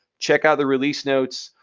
check out the release notes,